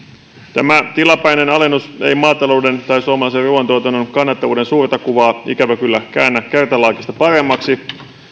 tämä tilapäinen alennus ei maatalouden tai suomalaisen ruuantuotannon kannattavuuden suurta kuvaa ikävä kyllä käännä kertalaakista paremmaksi